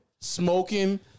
Smoking